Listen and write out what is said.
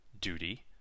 duty